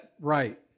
right